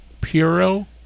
Puro